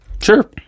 Sure